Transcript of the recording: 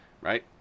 right